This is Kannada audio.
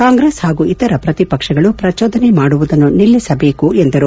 ಕಾಂಗ್ರೆಸ್ ಹಾಗೂ ಇತರ ಪ್ರತಿಪಕ್ಷಗಳು ಪ್ರಚೋದನೆ ಮಾಡುವುದನ್ನು ನಿಲ್ಲಿಸಬೇಕು ಎಂದರು